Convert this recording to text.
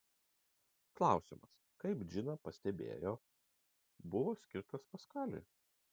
klausimas kaip džina pastebėjo buvo skirtas paskaliui